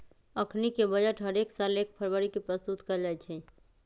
अखनीके बजट हरेक साल एक फरवरी के प्रस्तुत कएल जाइ छइ